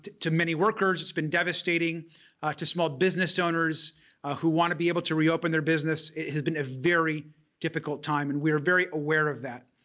to to many workers, it's been devastating to small business owners who want to be able to reopen their business, it has been a very difficult time and we are very aware of that.